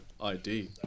ID